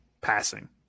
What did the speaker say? passing